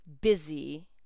busy